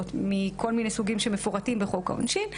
מכל מיני סוגים שמפורטים בחוק העונשין,